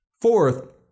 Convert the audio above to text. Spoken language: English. Fourth